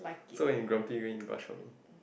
so when you grumpy when you brush on me